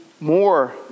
more